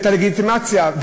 ואת הלגיטימציה,